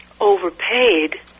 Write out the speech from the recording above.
Overpaid